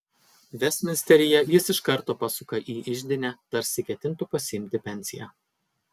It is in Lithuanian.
vestminsteryje jis iš karto pasuka į iždinę tarsi ketintų pasiimti pensiją